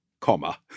comma